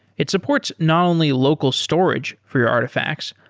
it supports not only local storage for your artifacts,